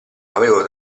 avevo